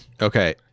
Okay